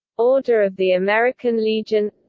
order of the american legion